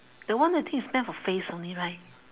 that one I think it's meant for face only right